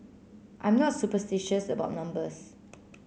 I'm not superstitious about numbers